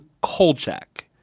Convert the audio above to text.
Kolchak